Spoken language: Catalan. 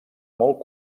molt